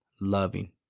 loving